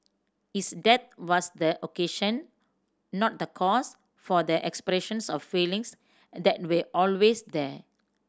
his death was the occasion not the cause for the expressions of feelings that we always there